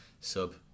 sub